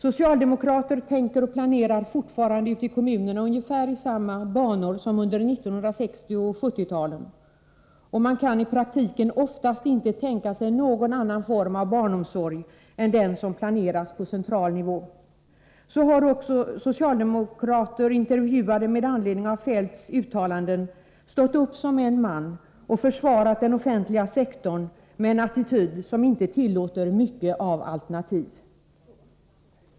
Fortfarande tänker och planerar socialdemokrater ute i kommunerna ungefär i samma banor som under 1960 och 1970-talen. De kan i praktiken oftast inte tänka sig någon annan form av barnomsorg än den som planeras på central nivå. Så har också socialdemokrater som intervjuats med anledning av Feldts uttalanden stått upp som en man och försvarat den offentliga sektorn med en attityd som inte tillåter mycket av alternativ.